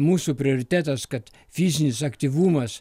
mūsų prioritetas kad fizinis aktyvumas